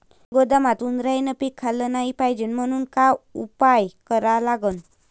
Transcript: गोदामात उंदरायनं पीक खाल्लं नाही पायजे म्हनून का उपाय करा लागन?